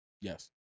Yes